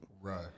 right